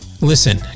Listen